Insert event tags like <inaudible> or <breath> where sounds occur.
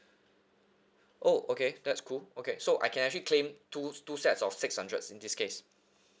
oh okay that's cool okay so I can actually claim two two sets of six hundreds in this case <breath>